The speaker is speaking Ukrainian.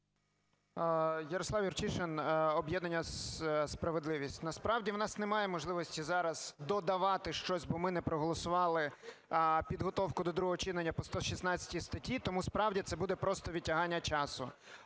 Ярослав Юрчишин, об'єднання "Справедливість". Насправді у нас немає можливості зараз додавати щось, бо ми не проголосували підготовку до другого читання по 116 статті, тому справді це буде просто відтягання часу.